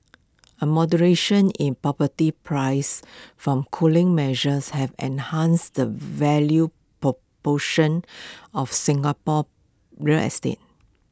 A moderation in property prices from cooling measures have enhanced the value proportion of Singapore real estate